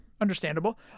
Understandable